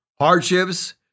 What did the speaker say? hardships